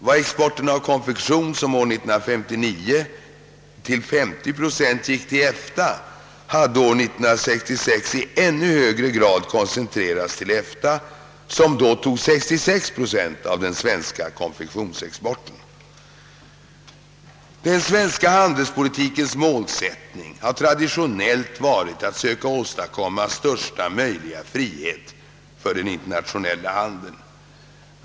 Vår export av konfektion, som år 1959 till 50 procent gick till EFTA, hade år 1966 i ännu högre grad koncentrerats till EFTA, som då tog 66 procent av den svenska konfektionsexporten. Den svenska handelspolitikens målsättning har traditionellt varit att söka åstadkomma största möjliga frihet för den internationella handeln.